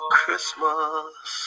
Christmas